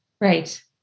Right